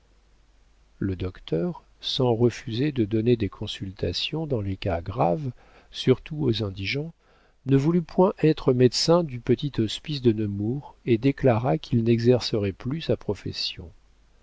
le docteur sans refuser de donner des consultations dans les cas graves surtout aux indigents ne voulut point être médecin du petit hospice de nemours et déclara qu'il n'exercerait plus sa profession